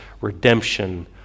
redemption